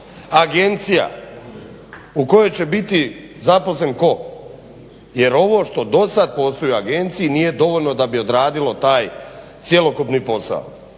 Agencija u kojoj će biti zaposlen tko? Jer ovo što do sada postoji u agenciji nije dovoljno da bi odradilo taj cjelokupni posao